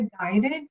guided